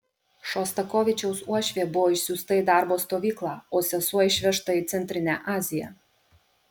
šostakovičiaus uošvė buvo išsiųsta į darbo stovyklą o sesuo išvežta į centrinę aziją